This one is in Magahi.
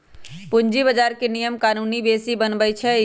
पूंजी बजार के नियम कानून सेबी बनबई छई